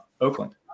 Oakland